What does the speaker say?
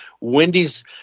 Wendy's